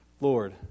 Lord